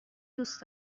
دوست